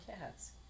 cats